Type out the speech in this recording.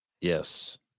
yes